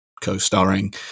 co-starring